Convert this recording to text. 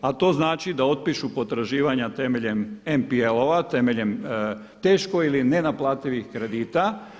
A to znači da otpišu potraživanja temeljem NPL-ova, temeljem teško ili nenaplativih kredita.